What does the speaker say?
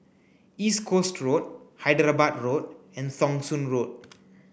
East Coast Road Hyderabad Road and Thong Soon Road